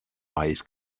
eyes